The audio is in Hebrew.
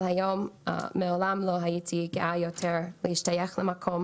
אבל היום מעולם לא הייתי גאה יותר להשתייך למקום,